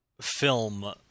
film